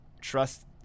trust